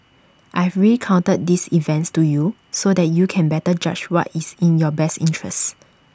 I've recounted these events to you so that you can better judge what is in your best interests